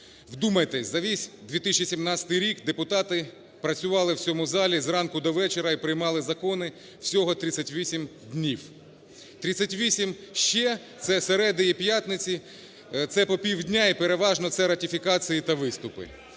Вдумайтесь, за весь 2017 рік депутати працювали в цьому залі з ранку до вечора і приймали закони всього 38 днів, 38 ще – це середи і п'ятниці, це по півдня і переважно це ратифікації та виступи.